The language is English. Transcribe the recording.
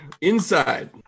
Inside